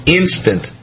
instant